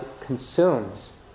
consumes